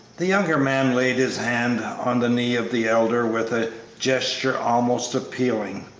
the younger man laid his hand on the knee of the elder with a gesture almost appealing.